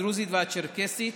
הדרוזית והצ'רקסית